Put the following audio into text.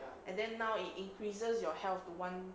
and then now it increases your health to one